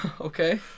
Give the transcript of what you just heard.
okay